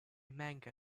manga